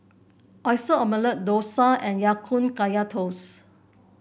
Oyster Omelette dosa and Ya Kun Kaya Toast